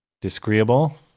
Disagreeable